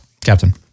captain